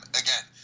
again